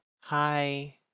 Hi